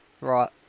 Right